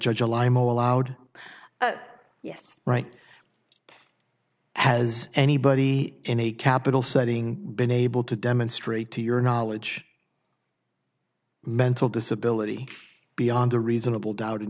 judge a lime allowed but yes right has anybody in a capital setting been able to demonstrate to your knowledge mental disability beyond a reasonable doubt in